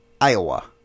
Iowa